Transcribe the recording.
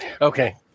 Okay